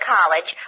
College